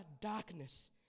darkness